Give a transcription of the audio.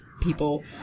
people